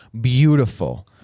beautiful